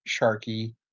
sharky